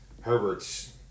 Herbert's